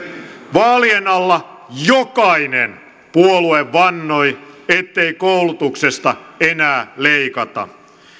vaalien alla jokainen puolue vannoi ettei koulutuksesta enää leikata